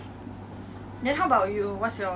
but I tell you ah